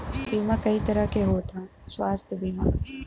बीमा कई तरह के होता स्वास्थ्य बीमा?